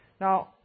Now